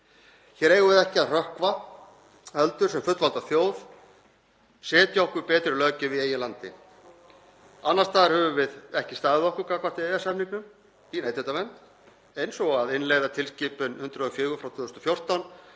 Hér eigum við ekki að hrökkva heldur, sem fullvalda þjóð, að setja okkur betri löggjöf í eigin landi. Annars staðar höfum við ekki staðið okkur gagnvart EES-samningnum í neytendavernd eins og að innleiða tilskipun nr. 104/2014